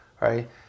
right